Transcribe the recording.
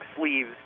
sleeves